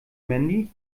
mandy